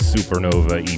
Supernova